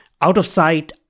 out-of-sight